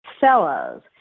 fellows